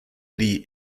lee